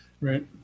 right